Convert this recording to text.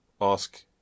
ask